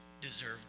deserve